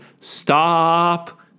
stop